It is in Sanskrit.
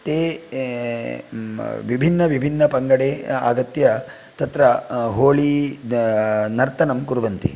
ते विभिन्नविभिन्न पङ्गडे आगत्य तत्र होली नर्तनं कुर्वन्ति